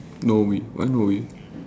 Norway why Norway